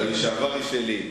ה"לשעבר" הוא שלי.